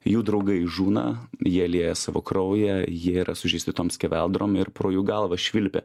jų draugai žūna jie lieja savo kraują jie yra sužeisti tom skeveldrom ir pro jų galvą švilpia